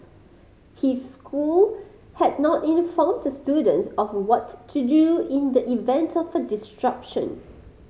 his school had not informed students of what to do in the event of a disruption